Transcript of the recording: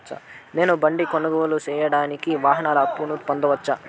నేను బండి కొనుగోలు సేయడానికి వాహన అప్పును పొందవచ్చా?